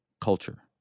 culture